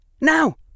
Now